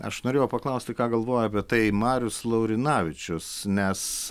aš norėjau paklausti ką galvoja apie tai marius laurinavičius nes